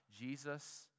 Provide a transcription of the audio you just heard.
Jesus